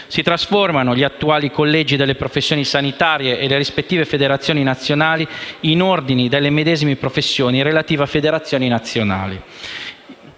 Si trasformano gli attuali collegi delle professioni sanitarie e le rispettive federazioni nazionali in ordini delle medesime professioni e relative federazioni nazionali